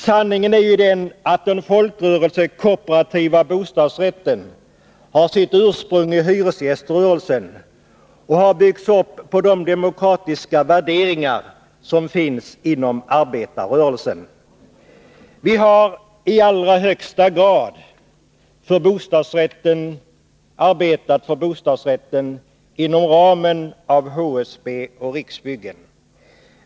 Sanningen är ju att den folkrörelsekooperativa bostadsrätten har sitt ursprung i hyresgäströrelsen och har byggts upp på de demokratiska värderingar som finns inom arbetarrörelsen. Vi har i allra högsta grad arbetat för bostadsrätten inom ramen för HSB och Riksbyggens verksamhet.